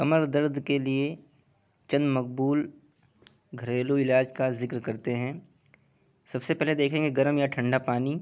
کمر درد کے لیے چند مقبول گھریلو علاج کا ذکر کرتے ہیں سب سے پہلے دیکھیں گے گرم یا ٹھنڈا پانی